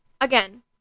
again